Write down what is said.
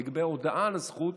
לגבי הודעה על הזכות,